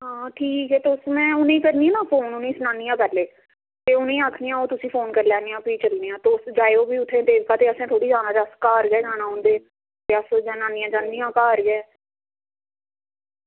आं ठीक ऐ तुस ते में उ'नेंगी करनी आं ना फोन ते उनेंगी सनानी आं पैह्लें ते उनेंगी आक्खी ओड़नी आं ते तुसेंगी फोन करी लैनी आं ते जायो उठी देवका ते असें थोह्ड़े जाना असें घर जाना ते अं'ऊ सिद्धा जन्नी आं उंदे घर गै